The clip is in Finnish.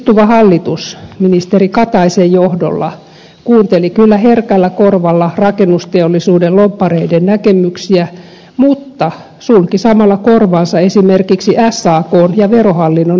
istuva hallitus ministeri kataisen johdolla kuunteli kyllä herkällä korvalla rakennusteollisuuden lobbareiden näkemyksiä mutta sulki samalla korvansa esimerkiksi sakn ja verohallinnon hätähuudoilta